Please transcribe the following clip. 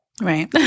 Right